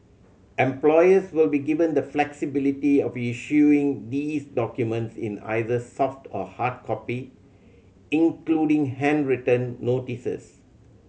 employers will be given the flexibility of issuing these documents in either soft or hard copy including handwritten notices